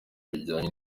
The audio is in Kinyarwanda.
bijyanye